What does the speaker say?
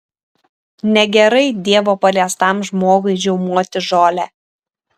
negerai dievo paliestam žmogui žiaumoti žolę